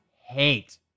hate